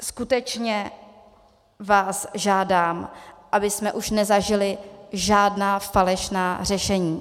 Skutečně vás žádám, abychom už nezažili žádná falešná řešení.